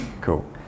Cool